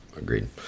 Agreed